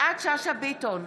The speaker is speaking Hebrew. יפעת שאשא ביטון,